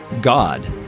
God